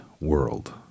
world